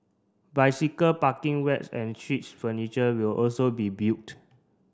bicycle parking racks and streets furniture will also be built